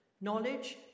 knowledge